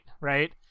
right